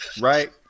right